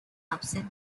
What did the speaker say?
upset